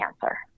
cancer